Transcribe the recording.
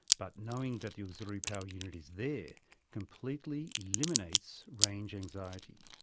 but knowing that the auxiliary power unit is there completely eliminates range anxiety.